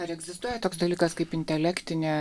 ar egzistuoja toks dalykas kaip intelektinė